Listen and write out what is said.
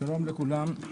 שלום לכולם,